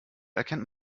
erkennt